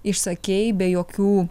išsakei be jokių